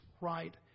right